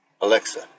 Alexa